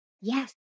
Yes